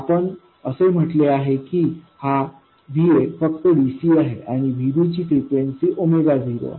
आपण असे म्हटले आहे की हा Vaफक्त डीसी आहे आणि Vbची फ्रीक्वेंसी 0आहे